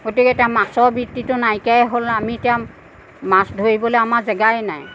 গতিকে এতিয়া মাছৰ বৃত্তিটো নাইকিয়াই হ'ল আমি এতিয়া মাছ ধৰিবলৈ আমাৰ জেগাই নাই